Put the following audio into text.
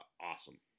awesome